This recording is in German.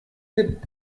dip